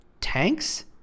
tanks